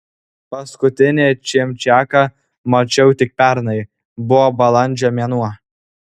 paskutinį čimčiaką mačiau tik pernai buvo balandžio mėnuo